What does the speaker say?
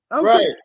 Right